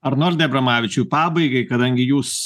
arnoldai abramavičiau pabaigai kadangi jūs